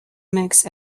makes